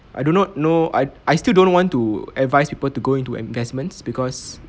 I do not know I I still don't want to advise people to go into investments because